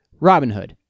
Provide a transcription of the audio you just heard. Robinhood